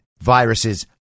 viruses